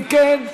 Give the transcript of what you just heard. אם כן,